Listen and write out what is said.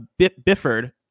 Bifford